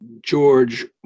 George